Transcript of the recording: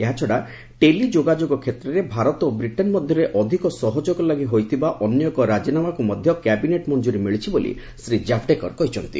ଏହାଛଡ଼ା ଟେଲି ଯୋଗାଯୋଗ କ୍ଷେତ୍ରରେ ଭାରତ ଓ ବ୍ରିଟେନ୍ ମଧ୍ୟରେ ଅଧିକ ସହଯୋଗ ଲାଗି ହୋଇଥିବା ଅନ୍ୟ ଏକ ରାଜିନାମାକୁ ମଧ୍ୟ କ୍ୟାବିନେଟ୍ ମଞ୍ଜୁରୀ ମିଳିଛି ବୋଲି ଶ୍ରୀ ଜାଭଡେକର କହିଛନ୍ତି